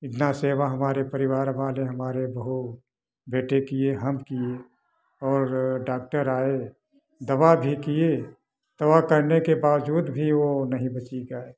इतना सेवा हमारे परिवार वाले हमारे बहू बेटे किए हम किए और डाक्टर आए दवा भी किए दवा करने के बावजूद भी वो नहीं बची गाय